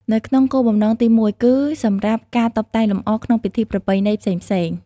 នៅក្នុងគោលបំណងទីមួយ គឺសម្រាប់ ការតុបតែងលម្អ ក្នុងពិធីប្រពៃណីផ្សេងៗ។